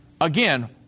again